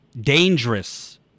dangerous